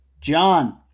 John